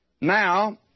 Now